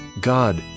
God